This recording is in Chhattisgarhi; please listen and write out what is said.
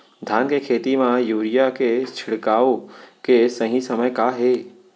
धान के खेती मा यूरिया के छिड़काओ के सही समय का हे?